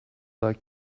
like